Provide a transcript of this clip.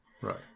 Right